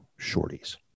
shorties